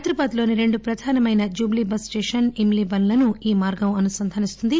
హైదరాబాద్ లోని రెండు ప్రధానమైన జుబ్లీ బస్ స్టేషన్ ఇమ్లీబన్ లను ఈ మార్గం అనుసందానిస్తుంది